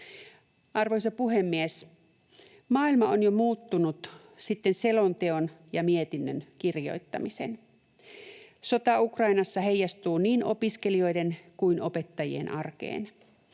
Arvoisa puhemies! Maailma on jo muuttunut sitten selonteon ja mietinnön kirjoittamisen. Sota Ukrainassa heijastuu niin opiskelijoiden kuin opettajien arkeen.